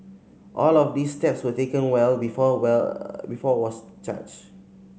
all of these steps were taken well before well before was charged